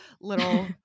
Little